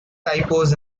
typos